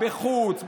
בחוץ,